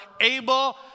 able